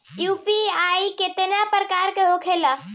UPI केतना प्रकार के होला?